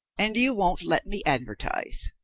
and you won't let me advertise.